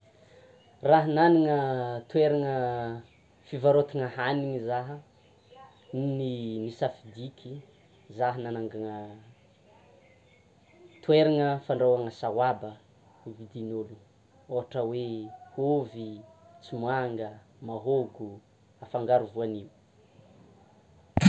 Raha nagnana toerana fivarôtana ahanina za, ny safidiky, za nanangana toerana fandrahoana saoaba ho vidin'ôlono, ohatra hoe: ovy, tsomanga, mahôgo, afangaro voanio.